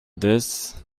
this